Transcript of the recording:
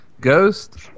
Ghost